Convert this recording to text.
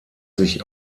sich